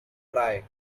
try